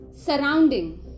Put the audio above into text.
surrounding